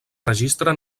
registre